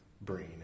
brain